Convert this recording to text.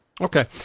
Okay